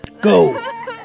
Go